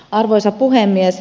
arvoisa puhemies